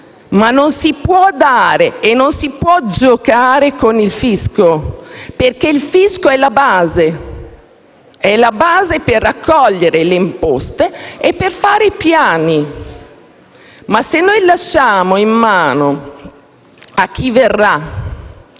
organizzati. Ma non si può giocare con il fisco, perché il fisco è la base per raccogliere le imposte e per fare i piani. E noi lasciamo in mano a chi verrà